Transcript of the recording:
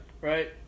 Right